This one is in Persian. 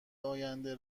آینده